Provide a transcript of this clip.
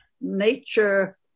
nature